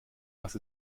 was